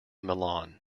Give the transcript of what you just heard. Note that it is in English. milan